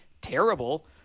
terrible